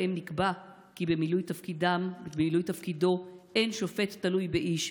שבהם נקבע כי במילוי תפקידו אין שופט תלוי באיש,